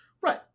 Right